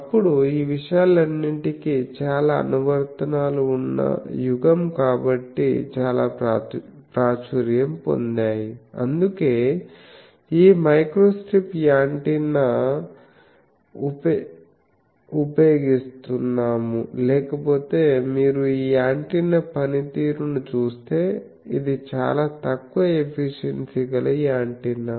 ఇప్పుడు ఈ విషయాలన్నీటికి చాలా అనువర్తనాలు ఉన్న యుగం కాబట్టి చాలా ప్రాచుర్యం పొందాయి అందుకే ఈ మైక్రోస్ట్రిప్ యాంటెన్నా ఉపయోగిస్తున్నాము లేకపోతే మీరు ఈ యాంటెన్నా పనితీరును చూస్తే ఇది చాలా తక్కువ ఎఫిషియన్సీ గల యాంటెన్నా